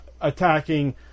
attacking